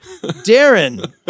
Darren